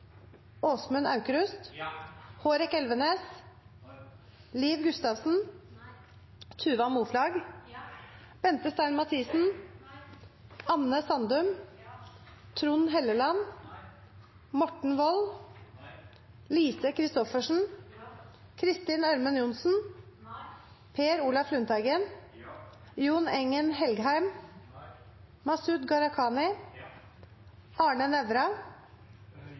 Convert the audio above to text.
Åsmund Aukrust, Tuva Moflag, Anne Sandum, Lise Christoffersen, Per Olaf Lundteigen, Masud Gharahkhani, Arne Nævra,